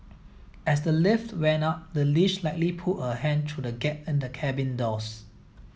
as the lift went up the leash likely pulled a hand through the gap in the cabin doors